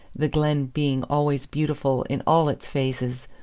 the glen being always beautiful in all its phases,